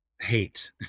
Hate